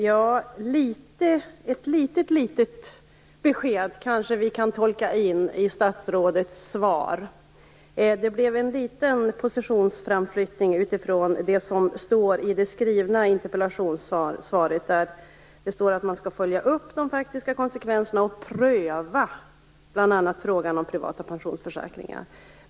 Fru talman! Ett litet besked kanske vi kan tolka in i statsrådets svar. Det blev en liten positionsframflyttning jämfört med det som står i det skrivna interpellationssvaret. Där står det att man skall följa upp de faktiska konsekvenserna och bl.a. pröva frågan om privata pensionsförsäkringar.